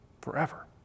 forever